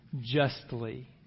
justly